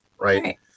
right